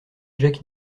jack